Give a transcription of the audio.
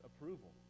approval